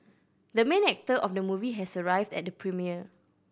the main actor of the movie has arrived at the premiere